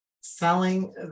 selling